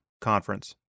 Conference